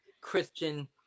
Christian